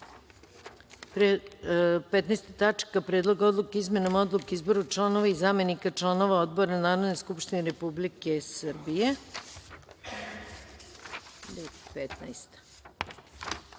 pretres o Ppredlogu odluke o izmenama odluke o izboru članova i zamenika članova odbora Narodne skupštine Republike Srbije,